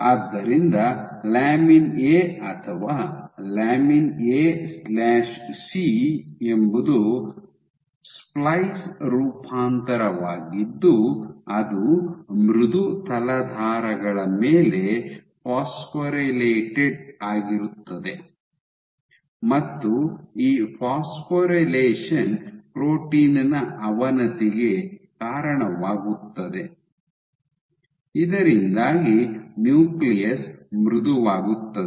ಆದ್ದರಿಂದ lamin A ಅಥವಾ lamin A C lamin AC ಎಂಬುದು ಸ್ಪ್ಲೈಸ್ ರೂಪಾಂತರವಾಗಿದ್ದು ಅದು ಮೃದು ತಲಾಧಾರಗಳ ಮೇಲೆ ಫಾಸ್ಫೊರಿಲೇಟೆಡ್ ಆಗುತ್ತದೆ ಮತ್ತು ಈ ಫಾಸ್ಫೊರಿಲೇಷನ್ ಪ್ರೋಟೀನ್ ನ ಅವನತಿಗೆ ಕಾರಣವಾಗುತ್ತದೆ ಇದರಿಂದಾಗಿ ನ್ಯೂಕ್ಲಿಯಸ್ ಮೃದುವಾಗುತ್ತದೆ